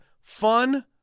fun